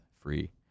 free